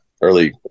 early